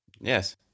Yes